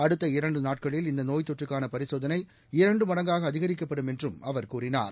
அடுத்த இரண்டு நாட்களில் இந்த நோய் தொற்றுக்கான பரிசோதனை இரண்டு மடங்காக அதிகரிக்கப்படும் என்றும் அவர் கூறினார்